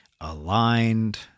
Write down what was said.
aligned